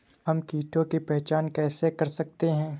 हम कीटों की पहचान कैसे कर सकते हैं?